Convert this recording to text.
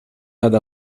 هذا